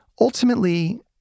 Ultimately